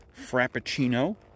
frappuccino